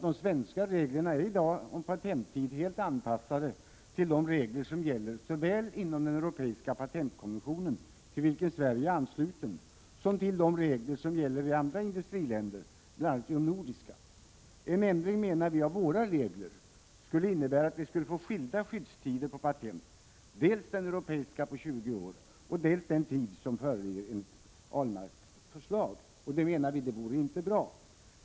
De svenska reglerna om patenttid är i dag anpassade såväl till de regler som gäller enligt den europeiska patentkonventionen, till vilken Sverige är anslutet, som till de regler som gäller i andra industriländer, bl.a. de nordiska. En ändring av våra regler, menar vi, skulle innebära att vi skulle få skilda skyddstider för patent, dels den europeiska på 20 år, dels den av Per Ahlmark föreslagna. Det vore inte bra.